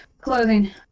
Clothing